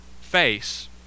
face